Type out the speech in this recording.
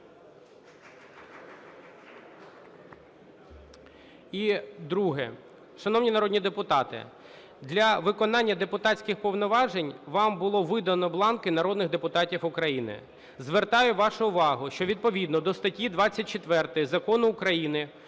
І друге. Шановні народні депутати, для виконання депутатських повноважень вам було видано бланки народних депутатів України. Звертаю вашу увагу, що, відповідно до статті 24 Закону України